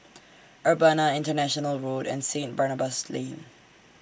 Urbana International Road and Saint Barnabas Lane